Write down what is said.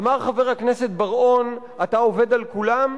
אמר חבר הכנסת בר-און, אתה עובד על כולם?